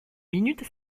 minutes